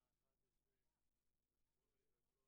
השעה 11:08. אנחנו ממשיכים בדיונים על חוק ההתעמרות,